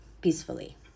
peacefully